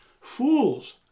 Fools